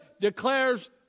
declares